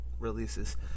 Releases